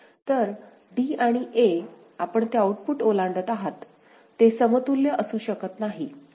तर d आणि a आपण ते आउटपुट ओलांडत आहात ते समतुल्य असू शकत नाहीत